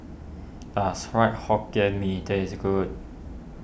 does Fried Hokkien Mee taste good